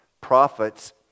prophets